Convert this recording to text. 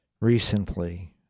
recently